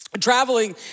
Traveling